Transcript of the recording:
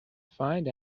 find